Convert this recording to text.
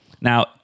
Now